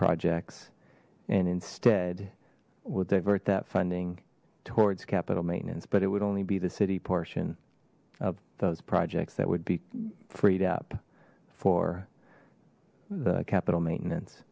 projects and instead will divert that funding towards capital maintenance but it would only be the city portion of those projects that would be freed up for the capital maintenance